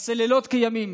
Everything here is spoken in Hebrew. שעושה לילות כימים